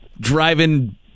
driving